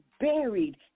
buried